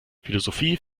philosophie